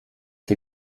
sie